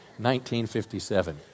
1957